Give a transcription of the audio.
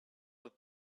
that